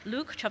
Luke